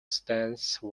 stance